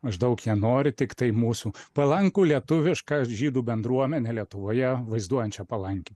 maždaug jie nori tiktai mūsų palankų lietuvišką žydų bendruomenę lietuvoje vaizduojančią palankią